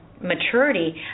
maturity